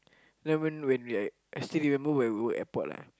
and then when when we like I still remember where we were at airport lah